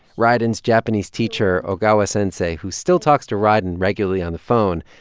rieden's japanese teacher, ogawa sensei, who still talks to rieden regularly on the phone,